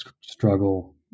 struggle